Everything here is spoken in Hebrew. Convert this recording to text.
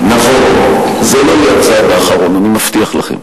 נכון, זה לא יהיה הצעד האחרון, אני מבטיח לכם.